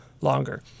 longer